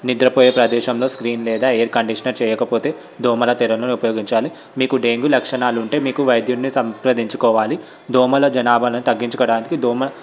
నిద్రపోయే ప్రదేశంలో స్క్రీన్ లేదా ఎయిర్ కండిషనర్ చేయకపోతే దోమల తెరను ఉపయోగించాలి మీకు డెంగ్యూ లక్షణాలు ఉంటే మీకు వైద్యుని సంప్రదించుకోవాలి దోమల జనాభా అనేది తగ్గించుకోవడానికి దోమ